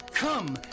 come